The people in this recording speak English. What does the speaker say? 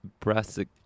brassic